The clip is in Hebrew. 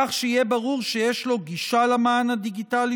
כך שיהיה ברור שיש לו גישה למען הדיגיטלי